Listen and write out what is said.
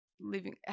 living